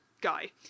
guy